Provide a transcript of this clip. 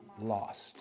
lost